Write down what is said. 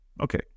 Okay